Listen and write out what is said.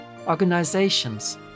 organizations